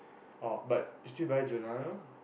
oh but you still buy Giordano